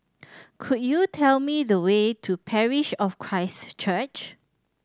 could you tell me the way to Parish of Christ Church